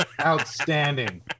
Outstanding